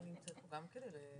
אני כאן.